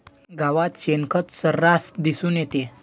गावात शेणखत सर्रास दिसून येते